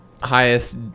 highest